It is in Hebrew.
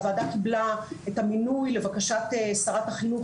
הוועדה קיבלה את המינוי של שרת החינוך